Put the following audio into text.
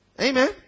Amen